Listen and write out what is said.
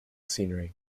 scenery